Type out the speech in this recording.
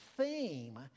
theme